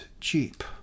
Jeep